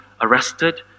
arrested